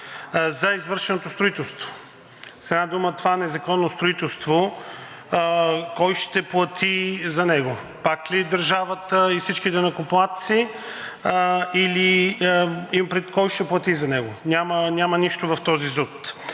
за извършеното строителство, с една дума това е незаконно строителство, кой ще плати за него? Пак ли държавата и всички данъкоплатци, кой ще плати за него? Няма нищо в този ЗУТ.